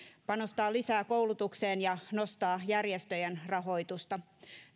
panostaa lisää koulutukseen ja nostaa järjestöjen rahoitusta